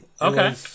Okay